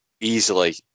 easily